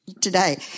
today